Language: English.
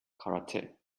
karate